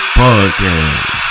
podcast